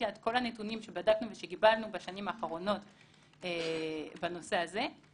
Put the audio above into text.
כי לפי כל הנתונים שבדקנו וקיבלנו בשנים האחרונות בנושא הזה,